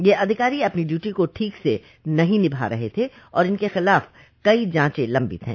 यह अधिकारी अपनी ड्यूटी को ठीक से नहीं निभा रहे थे और इनके खिलाफ कई जांचे लम्बित है